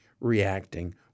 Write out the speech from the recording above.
reacting